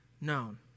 known